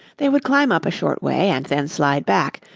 they would climb up a short way and then slide back,